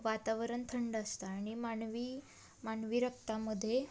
वातावरण थंड असतं आणि मानवी मानवी रक्तामध्ये